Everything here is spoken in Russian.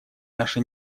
наша